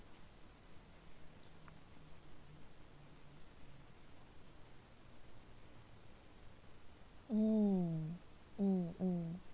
mm mm mm